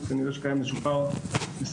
כנראה שקיים איזה שהוא פער מסוים,